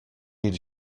need